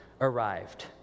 arrived